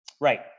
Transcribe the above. Right